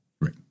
Right